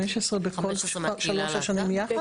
15 בכל השנים ביחד?